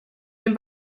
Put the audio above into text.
den